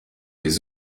les